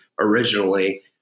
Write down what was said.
originally